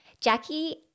Jackie